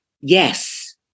Yes